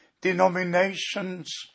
denominations